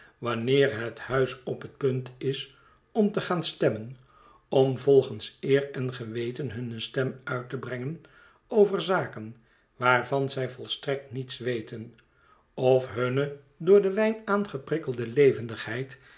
wanneer het huis op het punt is om te gaan stemmen ora volgen's eer en geweten hunne stem uit te brengen over zaken waarvan zij volstrekt niets weten of hunne door den wijn aangeprikkelde levendigheid